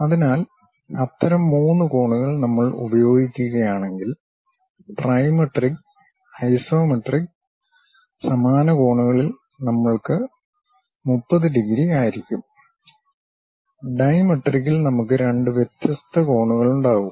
അതിനാൽ അത്തരം മൂന്ന് കോണുകൾ നമ്മൾ ഉപയോഗിക്കുകയാണെങ്കിൽ ട്രൈമെട്രിക് ഐസോമെട്രിക് സമാന കോണുകളിൽ നമുക്ക് 30 ഡിഗ്രി ആയിരിക്കും ഡൈമെട്രിക്കിൽ നമുക്ക് രണ്ട് വ്യത്യസ്ത കോണുകളുണ്ടാകും